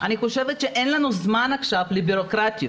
אני חושבת שאין לנו זמן עכשיו לבירוקרטיות.